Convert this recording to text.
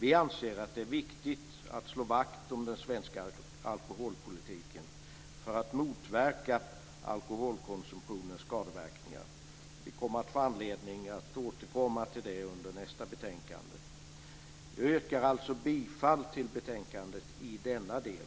Vi anser att det är viktigt att slå vakt om den svenska alkoholpolitiken för att motverka alkoholkonsumtionens skadeverkningar. Vi kommer att få anledning att återkomma till det under nästa betänkande. Jag yrkar alltså bifall till hemställan i betänkandet i denna del.